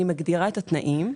אני מגדירה את התנאים.